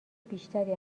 بیشتری